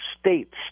States